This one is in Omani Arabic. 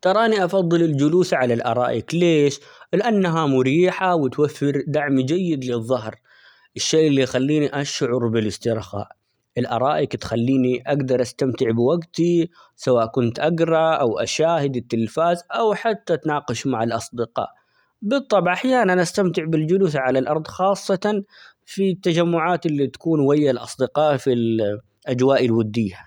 ترى اني أفضل الجلوس على الارائك ليش؟ لأنها مريحة ،وتوفر دعم جيد للظهر الشيء اللي يخليني أشعر بالاسترخاء، الارائك تخليني اقدر استمتع بوقتي، سواء كنت أقرأ أو أشاهد التلفاز أو حتى اتناقش مع الأصدقاء بالطبع أحيانًا استمتع بالجلوس على الارض خاصة في التجمعات اللي تكون ويا الأصدقاء في الأجواء الودية.